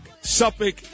Suffolk